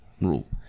rule